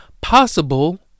Possible